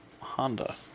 Honda